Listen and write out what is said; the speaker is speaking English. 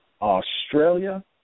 Australia